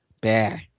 bad